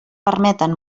permeten